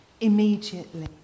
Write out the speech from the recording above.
immediately